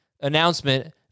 announcement